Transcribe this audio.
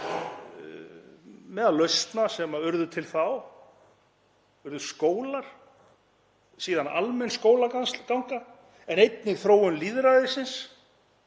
Meðal lausna sem urðu til þá voru skólar og síðan almenn skólaganga en einnig þróun lýðræðisins,